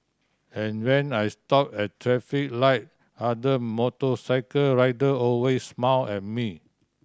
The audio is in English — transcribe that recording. and when I stop at traffic light other motorcycle rider always smile at me